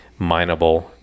mineable